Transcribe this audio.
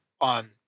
on